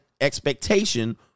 expectation